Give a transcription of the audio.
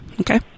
okay